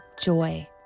joy